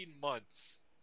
months